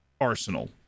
Arsenal